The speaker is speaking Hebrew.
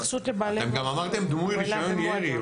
אתם גם אמרתם דמוי רישיון ירי.